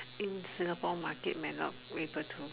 in Singapore market may not able to